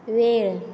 वेळ